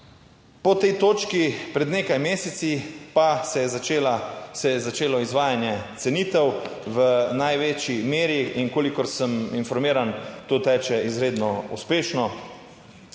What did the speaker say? Po tej točki, pred nekaj meseci pa se je začela, se je začelo izvajanje cenitev v največji meri in, kolikor sem informiran, to teče izredno uspešno.